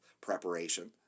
preparation